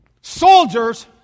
soldiers